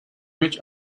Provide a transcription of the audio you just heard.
reach